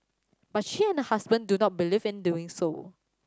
but she and her husband do not believe in doing so